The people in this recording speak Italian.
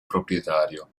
proprietario